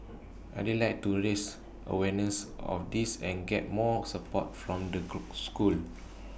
I'd like to raise awareness of this and get more support from the schools